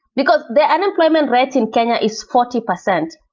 because the unemployment rate in kenya is forty percent,